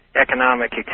economic